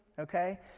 okay